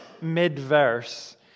mid-verse